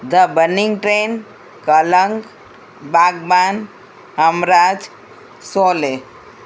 the burning train Kalank Baghban Humraaz Sholay